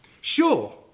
Sure